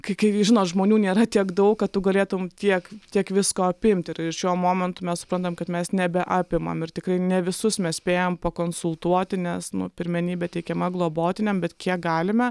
kaip žinot žmonių nėra tiek daug kad tu galėtumei tiek tiek visko apimti ir šiuo momentu mes suprantam kad mes nebeapimam ir tikrai ne visus mes spėjam pakonsultuoti nes nu pirmenybė teikiama globotiniam bet kiek galime